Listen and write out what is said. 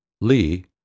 Lee